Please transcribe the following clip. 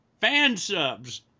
fan-subs